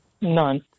none